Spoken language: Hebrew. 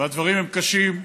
והדברים הם קשים,